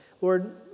Lord